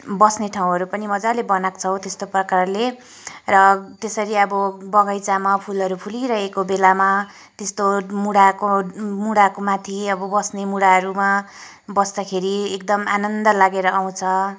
बस्ने ठाउँहरू पनि मजाले बनाएको छौँ त्यस्तो प्रकारले र त्यसरी अब बगैँचामा फुलहरू फुलिरहेको बेलामा त्यस्तो मुढाको मुढाको माथि अब बस्ने मुढाहरूमा बस्दाखेरि एकदम आनन्द लागेर आउँछ